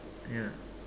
yeah